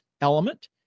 element